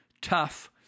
tough